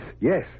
yes